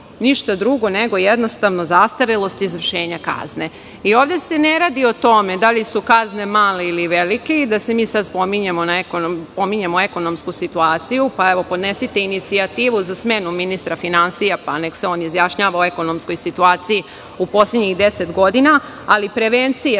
ništa drugo nego jednostavno zastarelost izvršenja kazne. Ovde se ne radi o tome da li su kazne male ili velike i da mi sada pominjemo ekonomsku situaciju, pa evo podnesite inicijativu za smenu ministra finansija, pa neka se on izjašnjava o ekonomskoj situaciji u poslednjih deset godina, ali prevencija